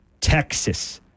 texas